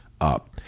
up